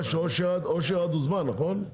אושר עד הוזמן, נכון?